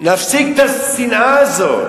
ונפסיק את השנאה הזאת.